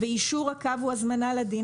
ויישור הקו הוא הזמנה לדין,